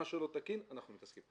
מה שלא תקין אנחנו מתעסקים,